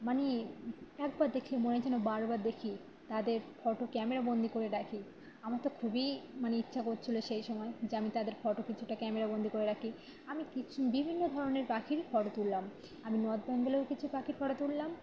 মানে একবার দেখলে মনে হয় যেন বারবার দেখি তাদের ফটো ক্যামেরাবন্দি করে রাখি আমার তো খুবই মানে ইচ্ছা করছিল সেই সময় যে আমি তাদের ফটো কিছুটা ক্যামেরাবন্দি করে রাখি আমি কিছু বিভিন্ন ধরনের পাখির ফটো তুললাম আমি নর্থ বেঙ্গলেও কিছু পাখির ফটো তুললাম